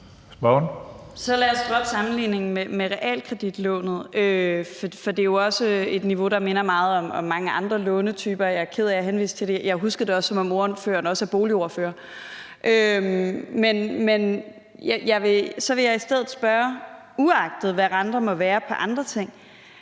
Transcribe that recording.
Så lad os droppe sammenligningen med realkreditlånet, for det er jo et niveau, der minder meget om mange andre lånetyper. Jeg er ked af, jeg henviste til det. Jeg husker det, som om ordføreren også er boligordfører. Så vil jeg i stedet spørge på en anden måde, uagtet